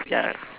ya